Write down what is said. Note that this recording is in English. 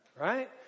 right